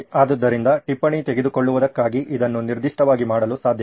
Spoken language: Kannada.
ಆದ್ದರಿಂದ ಟಿಪ್ಪಣಿ ತೆಗೆದುಕೊಳ್ಳುವುದಕ್ಕಾಗಿ ಇದನ್ನು ನಿರ್ದಿಷ್ಟವಾಗಿ ಮಾಡಲು ಸಾಧ್ಯವೇ